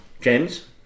James